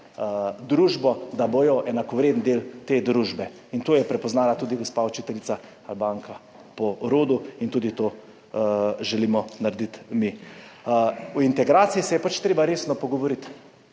družbo, da bodo enakovreden del te družbe. To je prepoznala tudi gospa učiteljica, ki je po rodu Albanka, in to želimo narediti tudi mi. O integraciji se je pač treba resno pogovoriti.